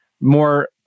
more